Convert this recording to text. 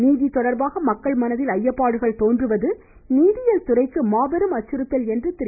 நீதி தொடர்பாக மக்கள் மனதில் ஐயப்பாடுகள் தோன்றுவது நீதியியல் துறைக்கு மாபெரும் அச்சுறுத்தல் என்று திரு